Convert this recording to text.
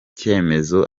cyemezo